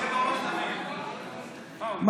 ביטון, ביטון, דבר חופשי.